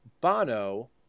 Bono